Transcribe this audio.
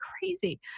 crazy